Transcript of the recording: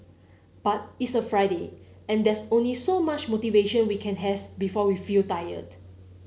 but it's a Friday and there's only so much motivation we can have before we feel tired